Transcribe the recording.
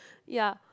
ya